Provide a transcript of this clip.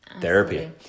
Therapy